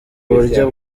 uburyo